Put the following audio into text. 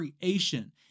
creation